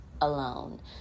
alone